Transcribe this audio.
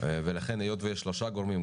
ולכן היות שיש שלושה גורמים,